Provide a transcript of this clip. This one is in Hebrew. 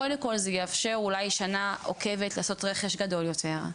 קודם כל זה יאפשר אולי שנה עוקבת לעשות רכש גדול יותר.